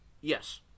yes